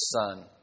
son